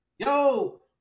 Yo